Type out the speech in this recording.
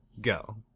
Go